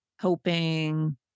hoping